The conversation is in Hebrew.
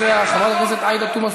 חבר הכנסת עבד אל חכים חאג' יחיא,